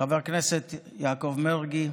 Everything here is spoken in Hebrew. חבר הכנסת יעקב מרגי,